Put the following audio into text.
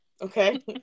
Okay